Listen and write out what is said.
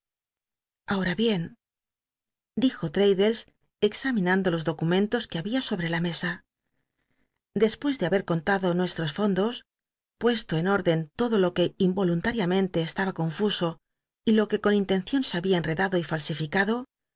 abora bien dijo l'raddles examinando los documentos que babia sobi'c la mesa despucs de haber contado nuestros fondos puesto en orden todo lo que imoluntariamente estaba confuso y lo que con intencion se babia emedado y falsificado